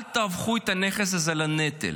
אל תהפכו את הנכס הזה לנטל,